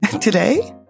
today